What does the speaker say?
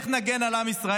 -- "איך נגן על עם ישראל?